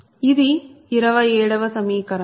ఇది 27 వ సమీకరణం